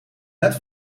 net